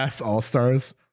All-Stars